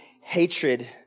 hatred